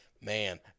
Man